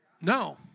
No